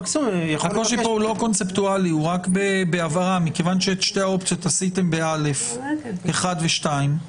זאת רק הבהרה כיוון שאת שתי האופציות עשיתם ב-(א)(1) ו-(2)